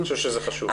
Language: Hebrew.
אני חושב שזה חשוב.